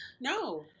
No